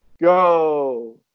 go